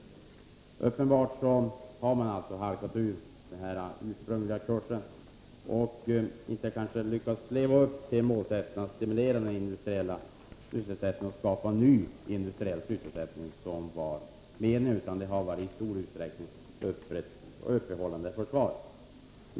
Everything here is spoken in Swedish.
Uppenbarligen har man alltså halkat ur den ursprungliga kursen och kanske inte lyckats leva upp till målsättningen att stimulera den industriella sysselsättningen och skapa ny sådan, vilket ju var meningen. I stället har det i stor utsträckning varit ett uppehållande försvar.